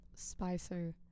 Spicer